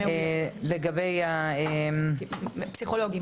לגבי הפסיכולוגים